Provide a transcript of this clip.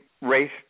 race